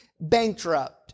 bankrupt